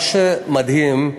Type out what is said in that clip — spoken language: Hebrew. מה שמדהים,